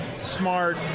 smart